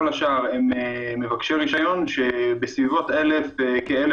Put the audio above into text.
כל השאר הם מבקשי רישיון שבסביבות כ-1,000